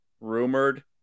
rumored